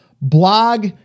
blog